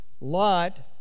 Lot